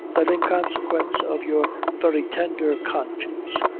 that in consequence of your very tender conscience,